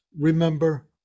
remember